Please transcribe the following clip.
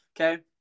Okay